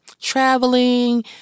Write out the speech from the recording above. traveling